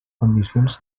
condicions